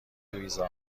ویزا